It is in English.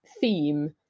theme